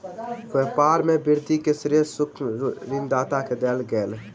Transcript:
व्यापार में वृद्धि के श्रेय सूक्ष्म ऋण दाता के देल गेल